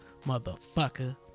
motherfucker